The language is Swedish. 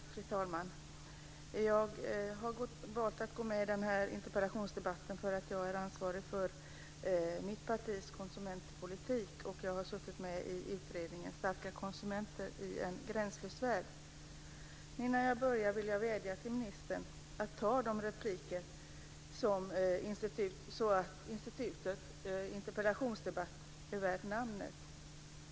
Fru talman! Jag har valt att delta i den här interpellationsdebatten därför att jag är ansvarig för mitt partis konsumentpolitik, och jag har suttit med i utredningen Starka konsumenter i en gränslös värld. Innan jag börjar vill jag vädja till ministern att utnyttja sin rätt till repliker så att institutet interpellationsdebatt är värt namnet.